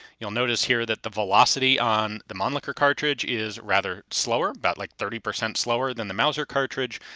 you'll notice here that the velocity on the mannlicher cartridge is rather slower, about like thirty percent slower, than the mauser cartridge.